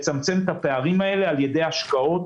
לצמצם את הפערים האלה על ידי השקעות.